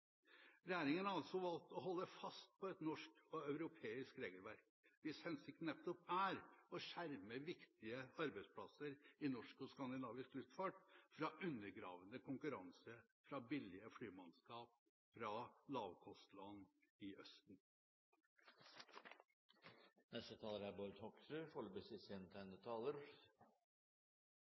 Regjeringen har valgt å holde fast på et norsk og europeisk regelverk, hvis hensikt nettopp er å skjerme viktige arbeidsplasser i norsk og skandinavisk luftfart fra undergravende konkurranse fra billige flymannskap fra lavkostland i Østen. Det var interessant å høre hva foregående taler